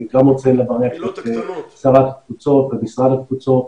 אני גם רוצה לברך את שרת התפוצות ואת משרד התפוצות,